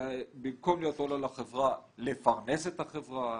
במקום להיות עול על החברה - לפרנס את החברה,